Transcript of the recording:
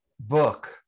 book